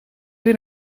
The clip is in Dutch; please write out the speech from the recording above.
weer